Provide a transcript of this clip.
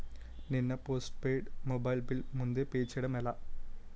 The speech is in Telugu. నేను నా పోస్టుపైడ్ మొబైల్ బిల్ ముందే పే చేయడం ఎలా?